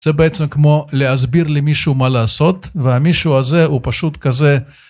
זה בעצם כמו להסביר למישהו מה לעשות, והמישהו הזה הוא פשוט כזה...